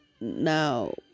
Now